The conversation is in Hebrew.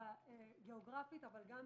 גם גיאוגרפית אבל גם